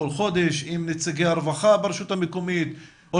כל חודש עם נציגי הרווחה ברשות המקומית או